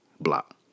block